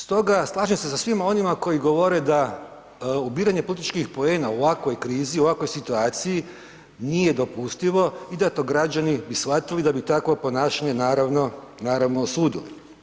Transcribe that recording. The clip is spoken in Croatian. Stoga slažem se sa svima onima koji govore da ubiranje političkih poena u ovakvoj krizi, u ovakvoj situaciji nije dopustivo i da to građani bi shvatili da bi takvo ponašanje naravno, naravno osudili.